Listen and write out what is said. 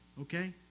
okay